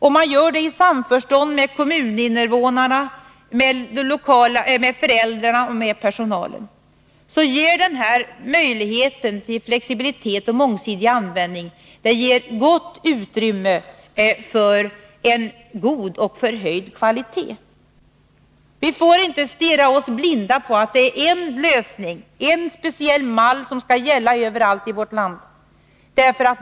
Om man gör det i samförstånd med kommuninvånarna, med föräldrarna och med personalen, ger möjligheten till flexibilitet och mångsidig användning rikligt utrymme för god och förhöjd kvalitet. Vi får inte stirra oss blinda på någon speciell lösning och använda den som mall överallt i vårt land.